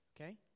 okay